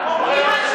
עראר,